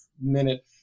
minute